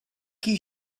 qui